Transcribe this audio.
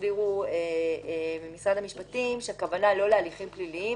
הסבירו במשרד המשפטים שהכוונה לקבל את המידע לא בהליכים פליליים,